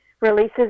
releases